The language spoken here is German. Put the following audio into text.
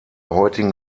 heutigen